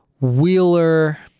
Wheeler